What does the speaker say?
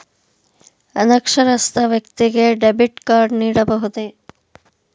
ಅನಕ್ಷರಸ್ಥ ವ್ಯಕ್ತಿಗೆ debit card ನೀಡಬಹುದೇ?